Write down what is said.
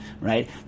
right